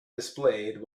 displayed